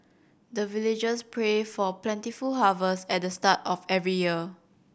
the villagers pray for plentiful harvest at the start of every year